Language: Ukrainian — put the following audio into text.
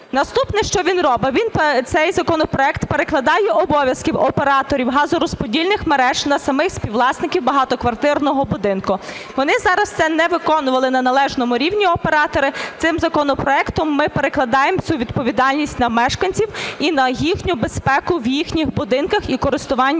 Наступне, що він робить – він цей законопроект перекладає обов'язки операторів газорозподільних мереж на самих співвласників багатоквартирного будинку. Вони зараз не виконували на належному рівні, оператори. Цим законопроектом ми перекладаємо цю відповідальність на мешканців і на їхню безпеку в їхніх будинках і користування